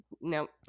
nope